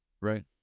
right